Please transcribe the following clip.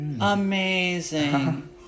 Amazing